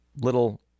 little